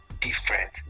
different